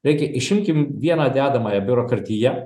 reikia išimkim vieną dedamąją biurokratiją